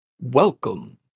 Welcome